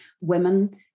women